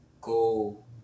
go